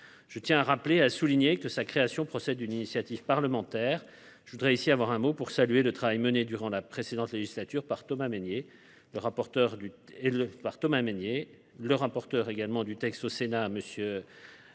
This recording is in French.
Je tiens à rappeler et à souligner que sa création procède d’une initiative parlementaire. Je voudrais ici avoir un mot pour saluer le travail mené durant la précédente législature par Thomas Mesnier, ancien rapporteur général de la